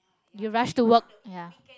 they rush to work ya